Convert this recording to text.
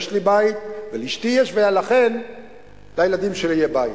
יש לי בית, ולאשתי יש, ולכן לילדים שלי יהיה בית.